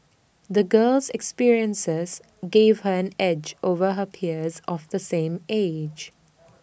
the girl's experiences gave her an edge over her peers of the same age